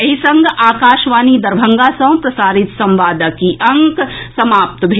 एहि संग आकाशवाणी दरभंगा सँ प्रसारित संवादक ई अंक समाप्त भेल